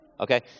okay